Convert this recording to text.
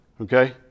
okay